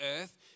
earth